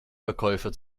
verkäufer